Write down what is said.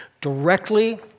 directly